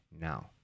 Now